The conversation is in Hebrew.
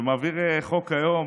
שמעביר חוק היום.